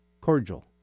cordial